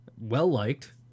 well-liked